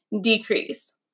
decrease